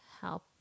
help